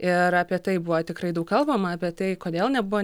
ir apie tai buvo tikrai daug kalbama apie tai kodėl nebuvo